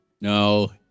No